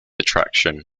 attraction